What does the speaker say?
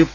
F